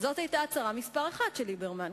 זאת היתה הצהרה מספר אחת של ליברמן,